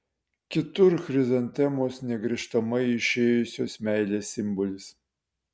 kitur chrizantemos negrįžtamai išėjusios meilės simbolis